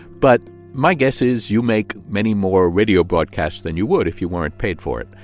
but my guess is you make many more radio broadcasts than you would if you weren't paid for it.